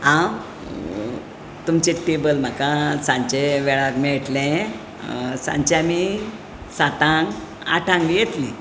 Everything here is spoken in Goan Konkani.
हांव तुमचें टेबल म्हाका सांजचे वेळार मेळटलें सांजचें आमीं सातांक आठांक बी येतलीं